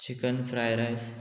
chicken fried rice